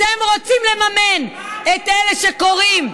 אתם רוצים לממן את אלה שקוראים,